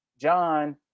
John